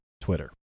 Twitter